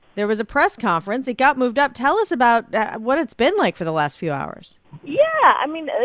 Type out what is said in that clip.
there was a press conference. it got moved up. tell us about what it's been like for the last few hours yeah. i mean,